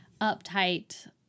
uptight